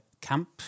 camp